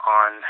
on